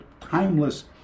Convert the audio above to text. timeless